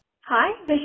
Hi